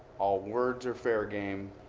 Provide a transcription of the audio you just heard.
all words are fair game.